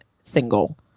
single